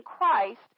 Christ